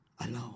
alone